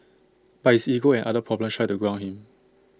but his ego and other problems try to ground him